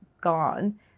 gone